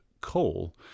coal